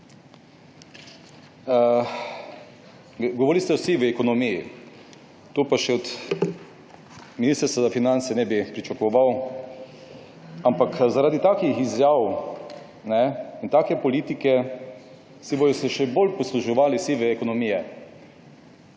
Govorili ste o sivi ekonomiji. Tega pa od Ministrstva za finance ne bi pričakoval, ampak zaradi takih izjav in take politike se bodo še bolj posluževali sive ekonomije.